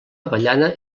avellana